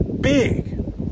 big